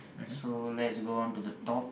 so let's go on to the top